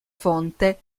fonte